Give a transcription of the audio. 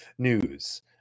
News